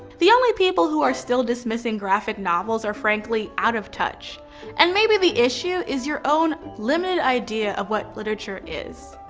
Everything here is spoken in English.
the only people who are still dismissing graphic novels are frankly out of touch and maybe the issue is your own limited idea of what literature is,